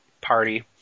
party